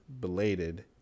belated